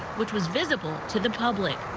which was visible to the public.